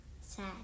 Sad